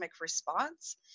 response